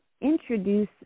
introduce